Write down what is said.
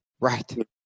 Right